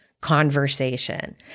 conversation